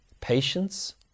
patience